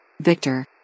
Victor